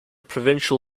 provincial